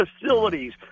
facilities